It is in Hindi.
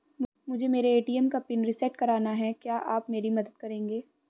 मुझे मेरे ए.टी.एम का पिन रीसेट कराना है क्या आप मेरी मदद करेंगे?